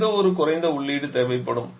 எந்த ஒரு குறைந்த உள்ளீடு தேவைப்படும்